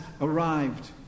arrived